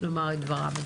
לומר את דברה.